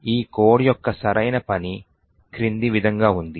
ఈ కోడ్ యొక్క సరైన పని క్రింది విధంగా ఉంది